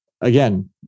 again